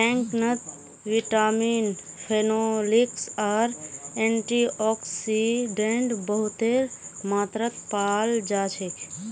बैंगनत vitamin, phenolics आर antioxidant बहुतेर मात्रात पाल जा छेक